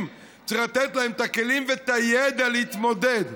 צריך לתת להם את הכלים ואת הידע להתמודד.